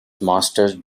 master